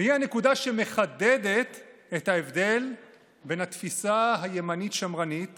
והיא הנקודה שמחדדת את ההבדל בין התפיסה הימנית שמרנית